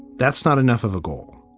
that's not enough of a goal